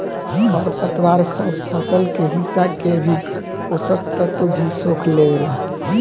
खर पतवार सब फसल के हिस्सा के भी पोषक तत्व भी सोख लेवेला